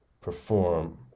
perform